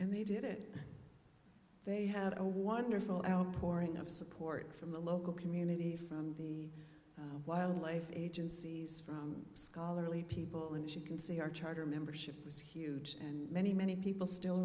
and they did it they had a wonderful outpouring of support from the local community from the wildlife agencies from scholarly people and she can say our charter membership was huge and many many people still